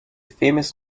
famous